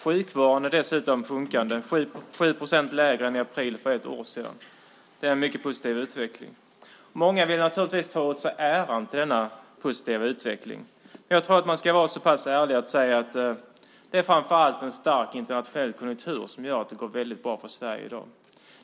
Sjukfrånvaron är dessutom sjunkande och 7 procent lägre än i april förra året. Det är en mycket positiv utveckling. Många vill ta åt sig äran för denna positiva utveckling. Jag tror att man ska vara ärlig och säga att det framför allt är en stark internationell konjunktur som gör att det går mycket bra för Sverige i dag.